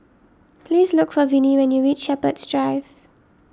please look for Vinnie when you reach Shepherds Drive